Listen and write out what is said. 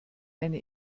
eine